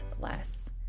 less